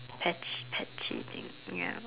pets patsy thing ya